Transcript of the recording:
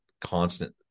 constant